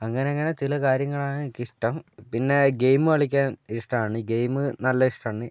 അങ്ങനങ്ങനെ ചില കാര്യങ്ങളാണ് എനിക്കിഷ്ടം പിന്നെ ഗെയിം കളിക്കാൻ ഇഷ്ടമാണ് ഗെയിം നല്ല ഇഷ്ടമാണ്